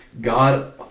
God